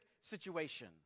situation